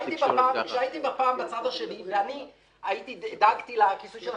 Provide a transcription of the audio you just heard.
כאשר הייתי פעם בצד השני ודאגתי לכיסוי של אחרים,